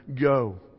Go